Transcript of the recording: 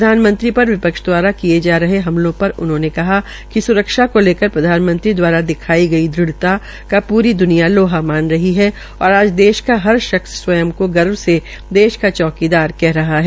प्रधानमंत्री पर विपक्ष दवारा किये जा रहे हमलों पर उन्होंने कहा कि स्रक्षा के को लेकर प्रधानमंत्री दवारा दिखाई गई दढ़ता की पूरी द्वनिया लौहा मान रही है और आज देश का हर शख्स स्वयं को गर्व से देश का चौकीदरार कह रहा है